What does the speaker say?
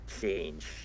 change